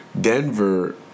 Denver